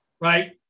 Right